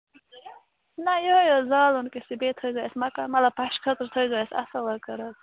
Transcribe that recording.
نہَ یِہَے حظ زالُن کِژھ تہٕ بیٚیہِ تھٲوزیٚو اَسہِ مَکان مگر پَشہٕ خٲطرٕ تھٲوزیٚو اَسہِ اَصٕل لٔکٕر حظ